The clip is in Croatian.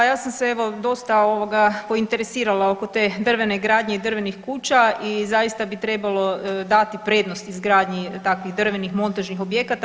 Ja sam se evo dosta interesirala oko te drvene gradnje i drvenih kuća i zaista bi trebalo dati prednost izgradnji takvih drvenih montažnih objekata.